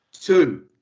Two